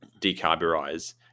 decarburize